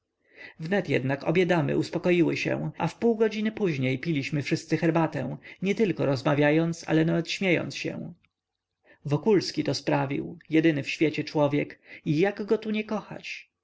wnet jednak obie damy uspokoiły się a wpół godziny później piliśmy wszyscy herbatę nietylko rozmawiając ale nawet śmiejąc się wokulski to sprawił jedyny w świecie człowiek i jak go tu nie kochać